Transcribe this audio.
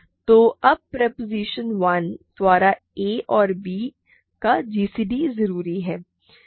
तो अब प्रोपोज़िशन 1 द्वारा a और b का gcd जरूर है